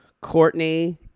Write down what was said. Courtney